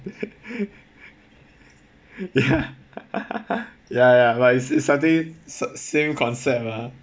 ya ya ya but it's something sa~ same concept ah